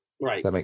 Right